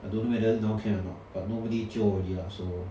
I don't know whether now can or not but nobody jio already lah so